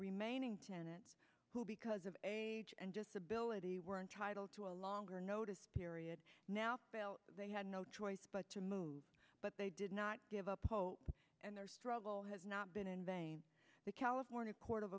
remaining tenant who because of age and disability were entitled to a longer notice period now they had no choice but to move but they did not give up hope and their struggle has not been in vain the california court of